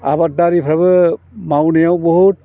आबादारिफ्राबो मावनायाव बहुत